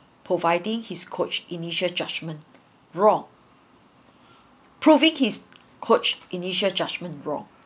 providing his coach initial judgment wrong proving his coach initial judgment wrong